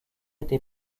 été